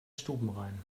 stubenrein